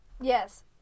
Yes